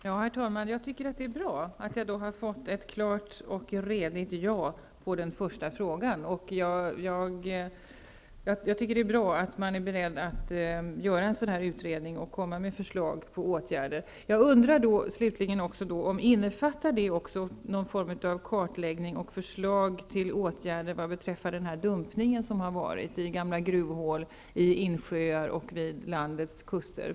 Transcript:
Herr talman! Jag tycker att det är bra att jag har fått ett klart och redigt ''ja'' på den första frågan. Det är bra att man är beredd att göra en sådan utredning och avser att komma med förslag på åtgärder. Innefattar det någon form av kartläggning och förslag till åtgärder beträffande den dumpning som har skett i gamla gruvhål, i insjöar och vid landets kuster?